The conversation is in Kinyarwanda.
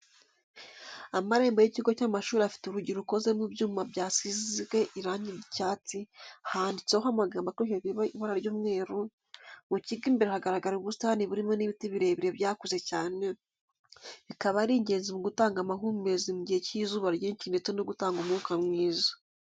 Amarembo y'ikigo cy'amashuri afite urugi rukoze mu byuma byasizwe irangi ry'icyatsi, handitseho amagambo akoreshejwe ibara ry'umweru, mu kigo imbere hagaragara ubusitani burimo n'ibiti birebire byakuze cyane, bikaba ari ingenzi mu gutanga amahumbezi mu gihe cy'izuba ryinshi ndetse no gutanga umwuka mwiza.